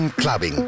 Clubbing